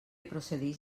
procedix